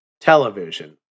television